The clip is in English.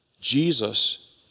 Jesus